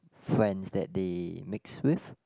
friends that they mix with